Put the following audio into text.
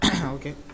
Okay